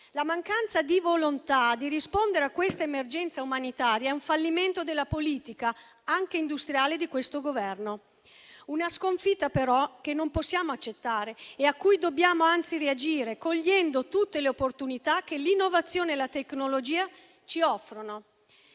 La mancanza di volontà di rispondere a questa emergenza umanitaria è un fallimento della politica anche industriale di questo Governo; una sconfitta, però, che non possiamo accettare e a cui dobbiamo anzi reagire, cogliendo tutte le opportunità che l'innovazione e la tecnologia ci offrono.